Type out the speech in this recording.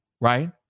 right